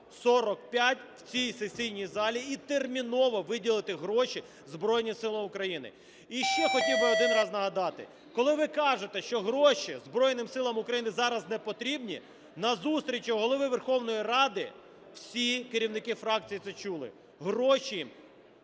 6245 у цій сесійній залі і терміново виділити гроші в Збройні Сили України. І ще хотів би один раз нагадати, коли ви кажете, що гроші Збройним Силам України зараз не потрібні, на зустрічі у Голови Верховної Ради всі керівники фракцій це чули, гроші